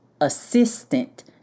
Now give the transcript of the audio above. assistant